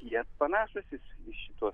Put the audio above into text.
jie panašūs į šituos